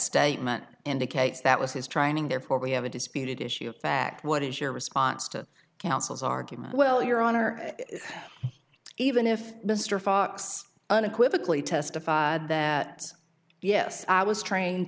statement indicates that was his trying therefore we have a disputed issue of fact what is your response to counsel's argument well your honor even if mr fox unequivocally testified that yes i was trained